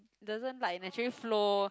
doesn't like naturally flow